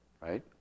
right